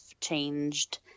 changed